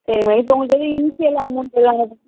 சரி மேடம் இப்போ உங்களுக்கு இன்ஷியல் அமௌண்ட் எதுனா